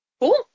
Cool